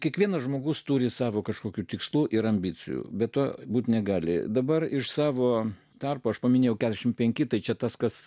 kiekvienas žmogus turi savo kažkokių tikslų ir ambicijų be to būti negali dabar iš savo tarpo aš paminėjau keturiasdešimt penki tai čia tas kas